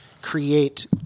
create